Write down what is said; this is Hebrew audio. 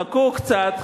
חכו קצת,